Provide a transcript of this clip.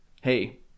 hey